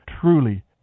Truly